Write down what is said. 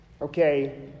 okay